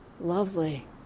lovely